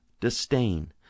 disdain